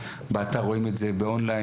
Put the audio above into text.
באתר רואים את זה באונליין,